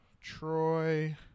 Troy